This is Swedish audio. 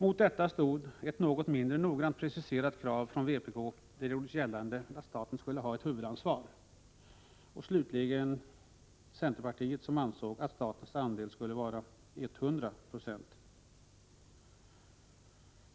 Mot detta stod ett något mindre noggrant preciserat krav från vpk, där det gjordes gällande att staten skulle ha ett huvudansvar, och slutligen centerpartiets krav att statens andel skulle vara 100 26.